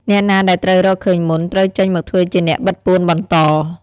អ្នកណាដែលត្រូវរកឃើញមុន ត្រូវចេញមកធ្វើជាអ្នកបិទពួនបន្ត ។